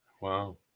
Wow